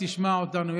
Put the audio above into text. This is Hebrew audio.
תשמע אותנו,